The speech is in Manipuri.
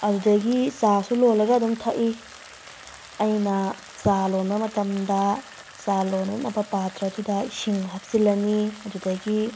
ꯑꯗꯨꯗꯒꯤ ꯆꯥꯁꯨ ꯂꯣꯜꯂꯒ ꯑꯗꯨꯝ ꯊꯛꯏ ꯑꯩꯅ ꯆꯥ ꯂꯣꯟꯕ ꯃꯇꯝꯗ ꯆꯥ ꯂꯣꯟꯅꯅꯕ ꯄꯥꯇ꯭ꯔꯥ ꯑꯗꯨꯗ ꯏꯁꯤꯡ ꯍꯥꯞꯆꯤꯂꯂꯅꯤ ꯑꯗꯨꯗꯒꯤ